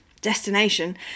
destination